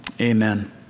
amen